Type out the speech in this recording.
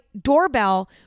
doorbell